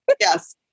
yes